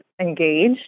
engaged